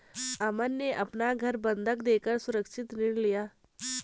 अमन ने अपना घर बंधक देकर सुरक्षित ऋण लिया